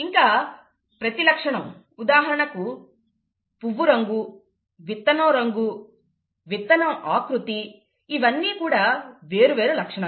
ఇంకా ప్రతి లక్షణం ఉదాహరణకు పువ్వు రంగు విత్తనం రంగు విత్తనం ఆకృతి ఇవన్నీ కూడా వేరు వేరు లక్షణాలు